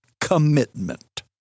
commitment